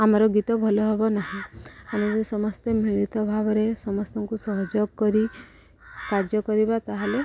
ଆମର ଗୀତ ଭଲ ହବ ନାହିଁ ଆମେ ଯଦି ସମସ୍ତେ ମିଳିତ ଭାବରେ ସମସ୍ତଙ୍କୁ ସହଯୋଗ କରି କାର୍ଯ୍ୟ କରିବା ତା'ହେଲେ